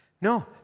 No